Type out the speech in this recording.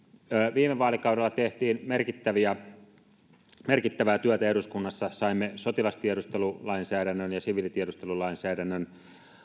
viime vaalikaudella tehtiin merkittävää työtä eduskunnassa saimme sotilastiedustelulainsäädännön ja siviilitiedustelulainsäädännön